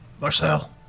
Marcel